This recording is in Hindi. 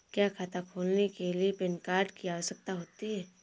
क्या खाता खोलने के लिए पैन कार्ड की आवश्यकता होती है?